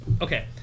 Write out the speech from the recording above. okay